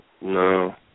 No